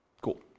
Cool